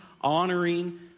honoring